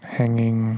hanging